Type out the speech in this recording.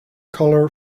colour